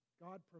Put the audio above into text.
God